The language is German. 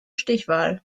stichwahl